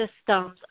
systems